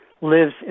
lives